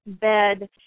bed